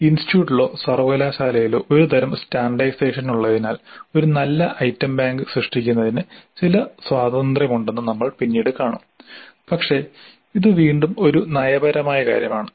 ഇൻസ്റ്റിറ്റ്യൂട്ടിലോ സർവ്വകലാശാലയിലോ ഒരുതരം സ്റ്റാൻഡേർഡൈസേഷൻ ഉള്ളതിനാൽ ഒരു നല്ല ഐറ്റം ബാങ്ക് സൃഷ്ടിക്കുന്നതിന് ചില സ്വാതന്ത്ര്യമുണ്ടെന്ന് നമ്മൾ പിന്നീട് കാണും പക്ഷേ ഇത് വീണ്ടും ഒരു നയപരമായ കാര്യമാണ്